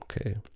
Okay